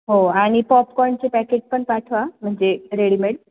हो आणि पॉपकॉर्नचे पॅकेट पण पाठवा म्हणजे रेडीमेड